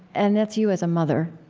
and that's you as a mother,